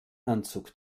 anzug